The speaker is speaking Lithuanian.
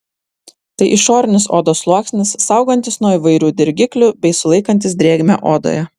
tai išorinis odos sluoksnis saugantis nuo įvairių dirgiklių bei sulaikantis drėgmę odoje